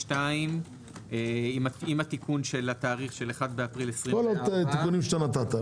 2 עם התיקון של התאריך של 1.4.24. כל התיקונים שנתת.